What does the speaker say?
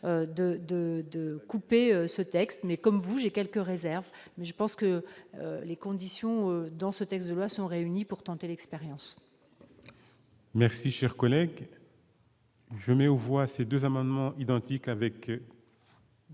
de couper ce texte mais comme vous, j'ai quelques réserves, mais je pense que les conditions dans ce texte de loi sont réunis pour tenter l'expérience. Merci, cher collègue. Je mets au voix ces 2 amendements identiques avec.